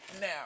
now